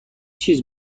چیز